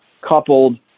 coupled